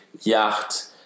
yacht